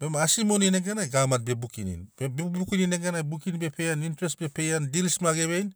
Bema asi moni neganai gavamani be bukinini be bukinini neganai intrest be peiani dils ge veini